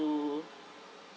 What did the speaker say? to